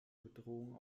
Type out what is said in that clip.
bedrohung